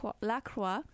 Lacroix